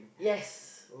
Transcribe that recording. yes